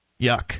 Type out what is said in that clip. Yuck